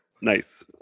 Nice